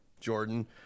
Jordan